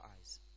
eyes